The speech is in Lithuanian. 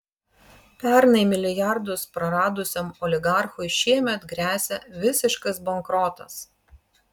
pernai milijardus praradusiam oligarchui šiemet gresia visiškas bankrotas